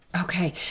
Okay